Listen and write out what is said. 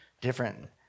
different